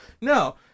No